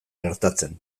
gertatzen